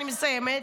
אני מסיימת.